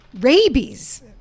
rabies